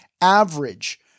average